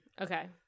Okay